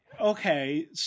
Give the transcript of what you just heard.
okay